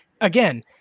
again